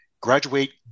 graduate